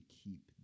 keep